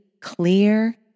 clear